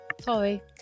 Sorry